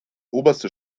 oberste